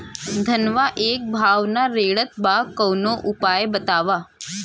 धनवा एक भाव ना रेड़त बा कवनो उपाय बतावा?